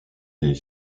des